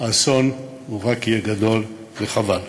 האסון רק יהיה גדול, וחבל.